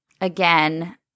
again